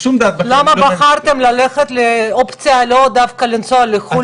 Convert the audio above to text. למה בחרתם ללכת לאופציה של ידועים